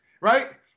Right